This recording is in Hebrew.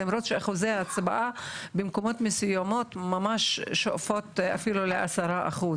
למרות שאחוזי ההצבעה במקומות מסוימים ממש שואפות אפילו לעשרה אחוז